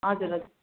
हजुर हजुर